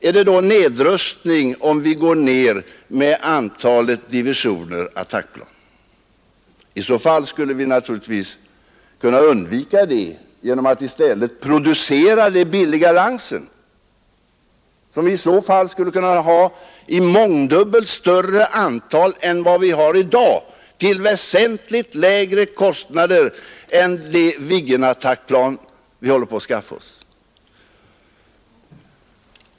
Är det då nedrustning, om antalet divisioner attackplan minskas? I så fall skulle vi naturligtvis kunna undvika det genom att i stället producera det billiga Lansenplanet, som vi då skulle kunna ha i mångdubbelt större antal än i dag och till väsentligt lägre kostnader än de attackplan av typ Viggen vi håller på att skaffa oss.